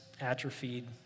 atrophied